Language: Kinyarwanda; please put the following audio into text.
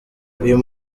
uyu